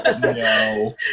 No